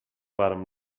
برام